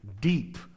deep